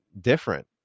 different